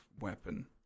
weapon